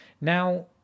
Now